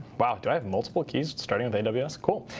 wow, do i have multiple keys starting with kind of yeah aws? cool.